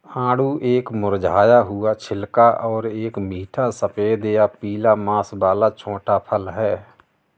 आड़ू एक मुरझाया हुआ छिलका और एक मीठा सफेद या पीला मांस वाला छोटा फल है